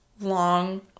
long